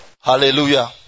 Hallelujah